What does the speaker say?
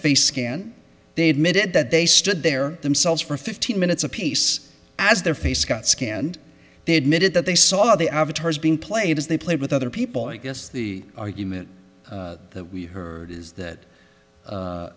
face scanned they admitted that they stood there themselves for fifteen minutes apiece as their face got scanned they admitted that they saw the avatars being played as they played with other people i guess the argument that we heard is that